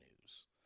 news